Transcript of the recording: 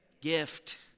gift